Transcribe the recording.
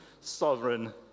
sovereign